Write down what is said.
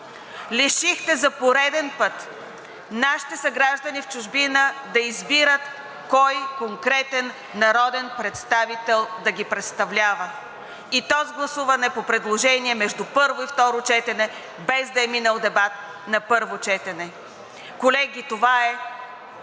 Лишихте за пореден път нашите съграждани в чужбина да избират кой конкретен народен представител да ги представлява, и то с гласуване по предложение между първо и второ четене, без да е минал дебат на първо четене. Колеги, това е